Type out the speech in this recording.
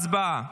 הצבעה.